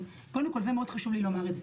אז חשוב לי לומר את זה.